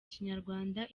kinyarwanda